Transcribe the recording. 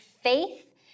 faith